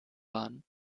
waren